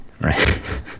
right